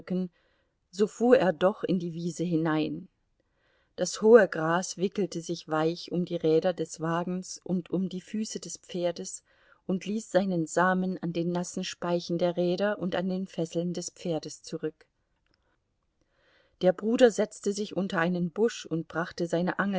so fuhr er doch in die wiese hinein das hohe gras wickelte sich weich um die räder des wagens und um die füße des pferdes und ließ seinen samen an den nassen speichen der räder und an den fesseln des pferdes zurück der bruder setzte sich unter einen busch und brachte seine